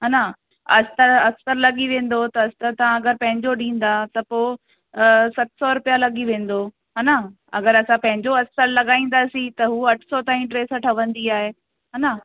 हा न अस्तर अस्तर लॻी वेंदो त अस्तर तव्हां अगरि पंहिंजो ॾींदा त पोइ सत सौ रुपिया लॻी वेंदो हा न अगरि असां पंहिंजो अस्तर लॻाईंदासीं त हू अठ सौ ताईं ड्रेस ठहंदी आहे हा न